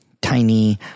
tiny